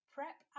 Prep